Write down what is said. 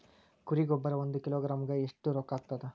ಕುರಿ ಗೊಬ್ಬರ ಒಂದು ಕಿಲೋಗ್ರಾಂ ಗ ಎಷ್ಟ ರೂಕ್ಕಾಗ್ತದ?